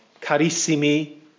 carissimi